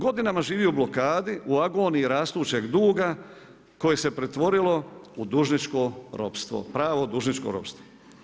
Godinama živi u blokadi u agoniji rastućeg duga, koji se pretvorilo u dužničko ropstvo, pravo dužničko ropstvo.